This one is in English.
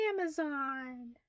Amazon